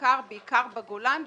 המכרזים ברשות ורק כרגע הם בשלים.